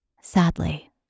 Sadly